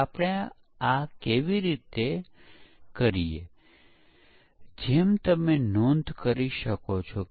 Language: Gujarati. હવે પરીક્ષણ એ કોઈ પણ કંપનીમાં સૌથી મુશ્કેલ કામ છે